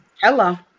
Hello